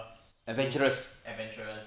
adventurous